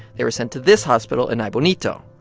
they were sent to this hospital in aibonito,